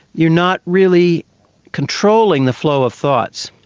you are not really controlling the flow of thoughts.